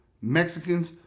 Mexicans